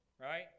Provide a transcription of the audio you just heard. right